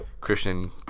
Christian